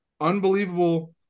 unbelievable